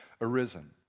arisen